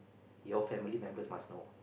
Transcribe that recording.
your family members must know